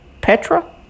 Petra